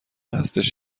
هستش